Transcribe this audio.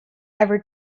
ever